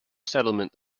settlement